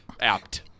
Apt